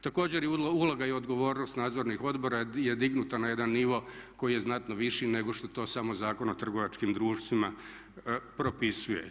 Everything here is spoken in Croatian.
Također i uloga i odgovornost nadzornih odbora je dignuta na jedan nivo koji je znatno viši nego što to samo Zakon o trgovačkim društvima propisuje.